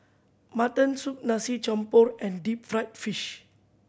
mutton soup Nasi Campur and deep fried fish